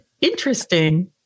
Interesting